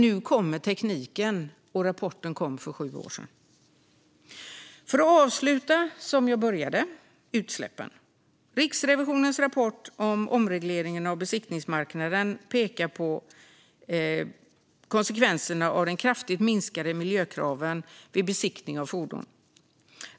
Nu kommer tekniken, och rapporten kom för sju år sedan. Jag avslutar som jag började, det vill säga med utsläppen. Riksrevisionens rapport om omregleringen av besiktningsmarknaden pekar på konsekvenserna av de kraftigt minskade miljökraven vid besiktning av fordon.